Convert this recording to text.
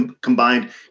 combined